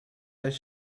does